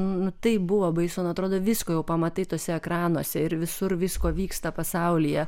nu taip buvo baisu atrodo visko jau pamatai tuose ekranuose ir visur visko vyksta pasaulyje